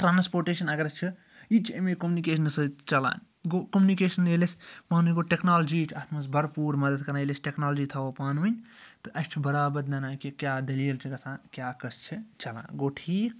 transportation اگر چھِ یہِ تہِ چھِ اَمی کومنِکیشن سۭتۍ چَلان گوٚو کومنِکیشَن ییٚلہِ آسہِ پانَے گوٚو ٹیٚکنالجیٖیِچ اَتھ مَنٛز بھرپوٗر مَدَد کَران ییٚلہِ أسۍ ٹیٚکنالجی تھاوو پانہٕ ؤنۍ تہٕ اَسہِ چھُ بَرابد نَنان کہِ کیٛاہ دلیٖل چھِ گَژھان کیٛاہ قٕصہٕ چھِ چَلان گوٚو ٹھیٖک